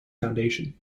foundation